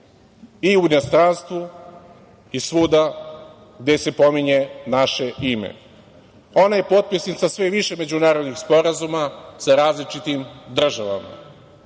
i u inostranstvu, i svuda gde se pominje naše ime. Ona je potpisnica sve više međunarodnih sporazuma sa različitim državama.